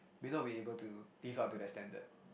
may not be able to live up to that standard